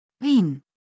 Wien